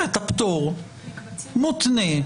הפטור מותנה?